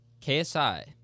KSI